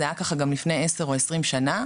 זה היה ככה גם לפני עשר או עשרים שנה,